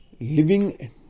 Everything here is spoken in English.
Living